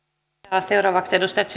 arvoisa rouva